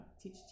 teach